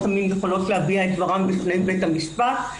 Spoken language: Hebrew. המין יכולות להביע את דברן בפני בית המשפט,